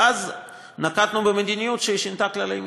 ואז נקטנו במדיניות ששינתה את כללי המשחק,